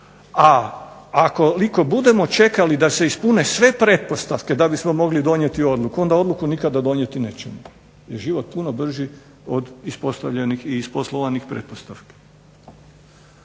A ukoliko budemo čekali da se ispune sve pretpostavke da bismo mogli donijeti odluku onda odluku nikada donijeti nećemo jer je život puno brži od ispostavljenih i isposlovanih pretpostavki.